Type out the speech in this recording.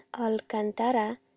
alcantara